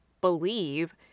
believe